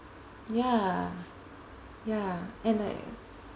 ya ya and like